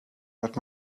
but